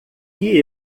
que